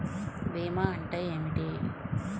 భీమా అంటే ఏమిటి?